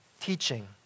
teaching